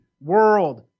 World